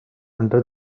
under